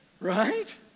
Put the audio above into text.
Right